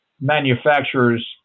manufacturers